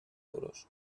euros